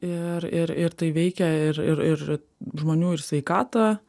ir ir ir tai veikia ir ir ir žmonių ir sveikatą